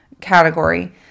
category